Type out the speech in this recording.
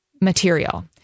material